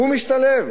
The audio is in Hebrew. משתלב.